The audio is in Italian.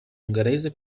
ungherese